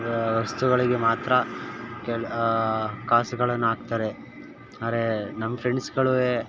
ವಸ್ತುಗಳಿಗೆ ಮಾತ್ರ ಕೆಲ ಕಾಸುಗಳನ್ನ ಹಾಕ್ತಾರೆ ಆರೆ ನಮ್ಮ ಫ್ರೆಂಡ್ಸ್ಗಳು